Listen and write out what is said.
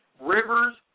Rivers